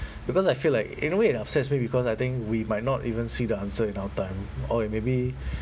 because I feel like in a way it upsets me because I think we might not even see the answer in our time or it maybe